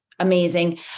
Amazing